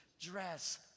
dress